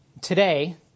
Today